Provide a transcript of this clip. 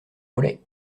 mollets